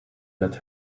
let